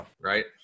right